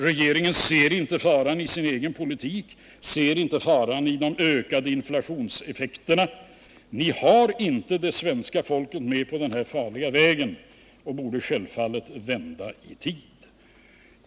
Regeringen ser inte faran i sin egen politik, ser inte faran i de ökade inflationseffekterna. Ni har inte det svenska folket med på den här farliga vägen och borde självfallet vända i tid.